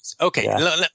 Okay